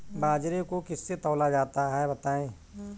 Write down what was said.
बाजरे को किससे तौला जाता है बताएँ?